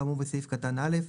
כאמור בסעיף קטן (א),